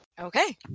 Okay